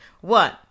one